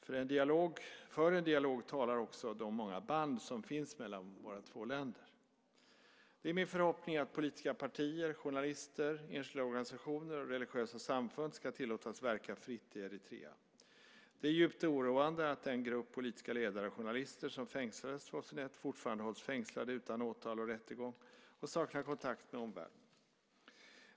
För en dialog talar också de många band som finns mellan våra två länder. Det är min förhoppning att politiska partier, journalister, enskilda organisationer och religiösa samfund ska tillåtas verka fritt i Eritrea. Det är djupt oroande att den grupp politiska ledare och journalister som fängslades 2001 fortfarande hålls fängslade utan åtal och rättegång och saknar kontakt med omvärlden.